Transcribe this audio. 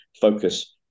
Focus